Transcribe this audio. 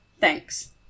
Thanks